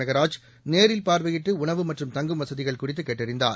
மெகராஜ் நேரில் பார்வையிட்டு உணவு மற்றும் தங்கும் வசதிகள் குறித்து கேட்டறிந்தார்